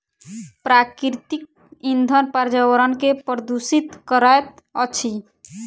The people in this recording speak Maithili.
प्राकृतिक इंधन पर्यावरण के प्रदुषित करैत अछि